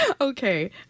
okay